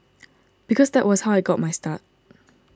because that was how I got my start